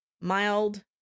mild